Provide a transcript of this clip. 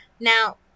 Now